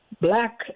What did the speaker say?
black